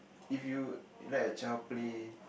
if you let a child play